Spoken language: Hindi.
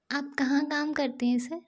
आप कहाँ काम करते हैं सर